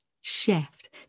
shift